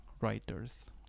writers